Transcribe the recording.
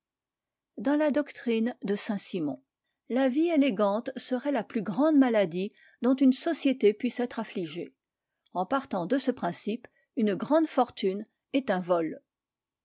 dans la doctrine de saint-simon la vie élégante serait la plus grande maladie dont une société puisse être affligée en partant de ce principe une grande fortune est un vol